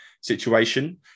situation